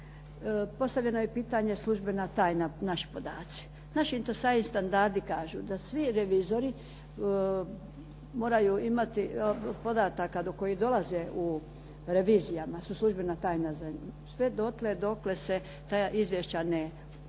Postavljeno je pitanje službena tajna, naši podaci. Naši …/Govornik se ne razumije./… standardi kažu da svi revizori moraju imati podataka do kojih dolaze u revizijama su službena tajna. Sve dotle dokle se ta izvješća ne naprave,